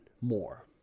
more